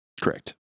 Correct